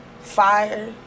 fire